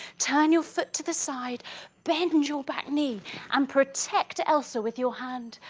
turn your foot to the side bend and your back knee and protect elsa with your hand,